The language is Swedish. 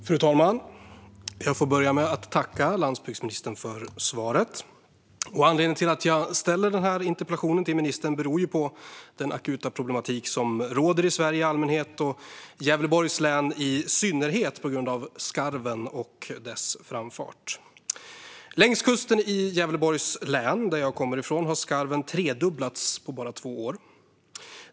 Fru talman! Jag får börja med att tacka landsbygdsministern för svaret. Att jag ställer denna interpellation till ministern beror på den akuta problematik som råder i Sverige i allmänhet och i Gävleborgs län i synnerhet på grund av skarven och dess framfart. Längs kusten i Gävleborgs län, som jag kommer ifrån, har skarven tredubblats på bara två år.